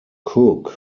cooke